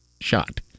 shot